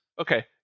Okay